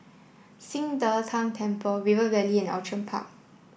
Qing De Tang Temple River Valley and Outram Park